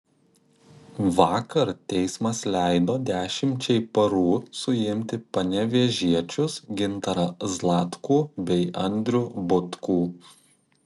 vakar teismas leido dešimčiai parų suimti panevėžiečius gintarą zlatkų bei andrių butkų